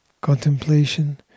Contemplation